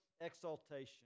exaltation